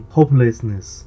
Hopelessness